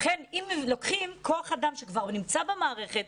לכן אם לוקחים כוח אדם שכבר נמצא במערכת,